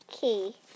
key